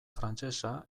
frantsesa